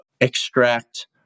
extract